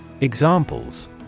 Examples